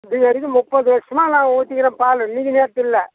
இது வரைக்கும் முப்பது வருஷமாக நான் ஊற்றிக்கிறேன் பால் இன்னைக்கு நேற்று இல்லை